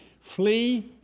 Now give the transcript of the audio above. flee